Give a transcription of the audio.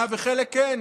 טייסים?